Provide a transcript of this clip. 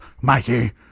Mikey